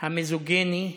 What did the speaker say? המיזוגני,